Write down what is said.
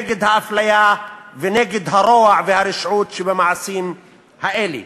נגד האפליה ונגד הרוע והרשעות שבמעשים האלה.